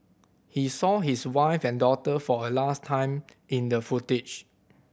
he saw his wife and daughter for a last time in the footage